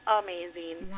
amazing